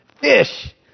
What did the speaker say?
fish